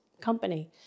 company